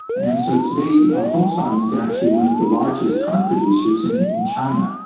and so today volkswagen is actually one of the largest car producers in in china.